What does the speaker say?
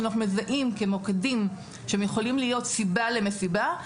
שאנחנו מזהים כמוקדים שיכולים להיות סיבה למסיבה.